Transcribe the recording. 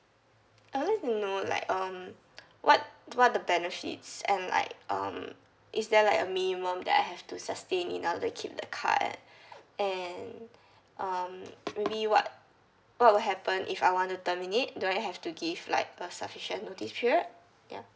I would like to know like um what what are the benefits and like um is there like a minimum that I have to sustain in order to keep the card and um maybe what what will happen if I want to terminate do I have to give like a sufficient notice period ya